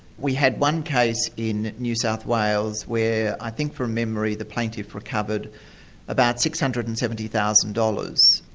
we had one case in new south wales where, i think from memory, the plaintiff recovered about six hundred and seventy thousand dollars.